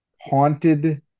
haunted